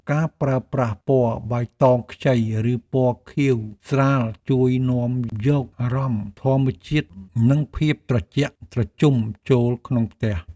ការប្រើប្រាស់ពណ៌បៃតងខ្ចីឬពណ៌ខៀវស្រាលជួយនាំយកអារម្មណ៍ធម្មជាតិនិងភាពត្រជាក់ត្រជុំចូលក្នុងផ្ទះ។